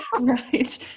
Right